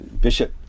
Bishop